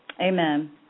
Amen